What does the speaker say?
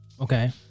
Okay